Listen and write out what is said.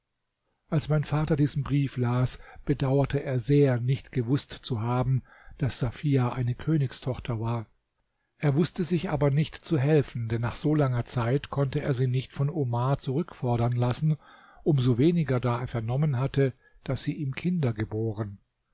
als mein vater diesen brief las bedauerte er sehr nicht gewußt zu haben daß safia eine königstochter war er wußte sich aber nicht zu helfen denn nach so langer zeit konnte er sie nicht von omar zurückfordern lassen um so weniger da er vernommen hatte daß sie ihm kinder geboren